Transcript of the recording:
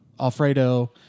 alfredo